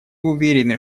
уверены